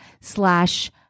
slash